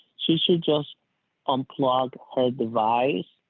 she should just unplug her device.